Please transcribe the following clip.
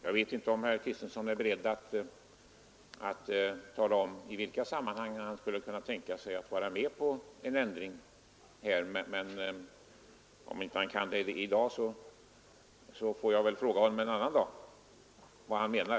Nu vet jag inte om herr Kristenson är beredd att tala om i vilket sammanhang han skulle kunna tänka sig att vara med på en ändring i det fallet, men om herr Kristenson inte kan göra det i dag får jag väl fråga honom en annan dag vad han menar.